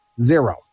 zero